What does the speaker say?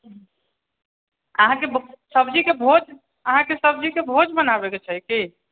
अहाँके अहाँके सब्जीके भोज बनाबैके छै की